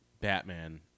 Batman